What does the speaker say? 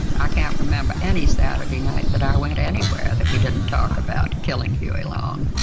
i can't remember any saturday night that i went anywhere that we didn't talk about killing huey long.